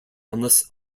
unless